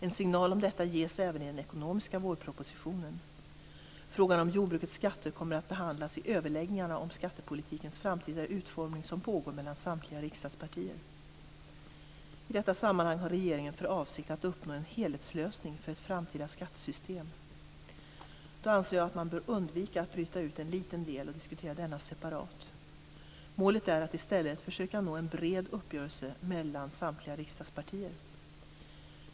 En signal om detta ges även i den ekonomiska vårpropositionen. Frågan om jordbrukets skatter kommer att behandlas i överläggningarna om skattepolitikens framtida utformning som pågår mellan samtliga riksdagspartier. I detta sammanhang har regeringen för avsikt att uppnå en helhetslösning för ett framtida skattesystem. Då anser jag att man bör undvika att bryta ut en liten del och diskutera denna separat. Målet är att i stället försöka nå en bred uppgörelse mellan samtliga riksdagspartier.